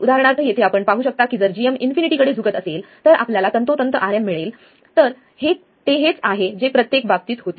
उदाहरणार्थ येथे आपण पाहू शकता की जर gm इन्फिनिटी कडे झुकत असेल तर आपल्याला तंतोतंत Rm मिळेल तर ते हेच आहे जे प्रत्येक बाबतीत होते